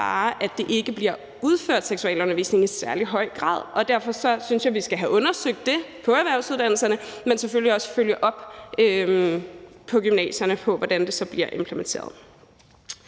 høj grad bliver givet seksualundervisning, og derfor synes jeg, vi skal have undersøgt det på erhvervsuddannelserne, men selvfølgelig også følge op på, hvordan det bliver implementeret